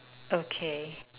okay